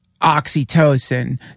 oxytocin